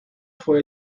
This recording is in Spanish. fue